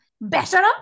Better